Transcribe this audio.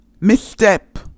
misstep